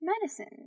medicine